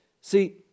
See